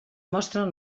mostren